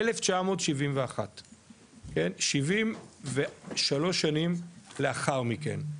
73 שנים לאחר מכן,